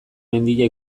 mendia